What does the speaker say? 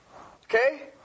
Okay